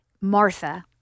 Martha